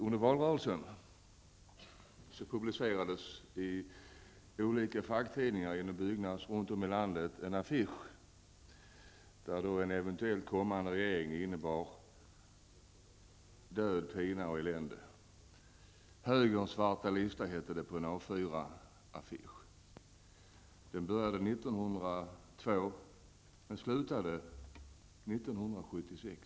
Under valrörelsen publicerades i olika facktidningar inom Byggnads runt om i landet en affisch, enligt vilken en eventuellt kommande regering skulle innebära död, pina och elände. Uppräkningen började 1902 och slutade 1976.